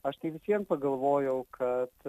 aš tai vis vien pagalvojau kad